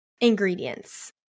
ingredients